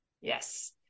Yes